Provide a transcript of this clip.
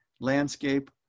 landscape